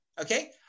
okay